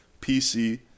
PC